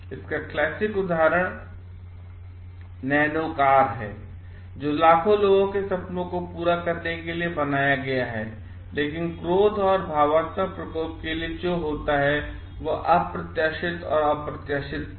इसका क्लासिक उदाहरण नैनोकार का हैजो लाखों लोगों के सपनों को पूरा करने के लिए बनाया गया है लेकिन क्रोध अथवा भावात्मक प्रकोप के लिए जो होता है वह अप्रत्याशित और अप्रत्याशित था